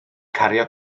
cario